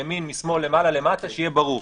מימין, משמאל, למעלה, למטה, שיהיה ברור.